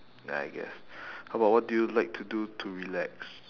ya I guess how about what do you like to do to relax